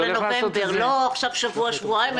זה לא עכשיו שבוע שבועיים.